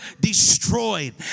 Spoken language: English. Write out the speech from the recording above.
destroyed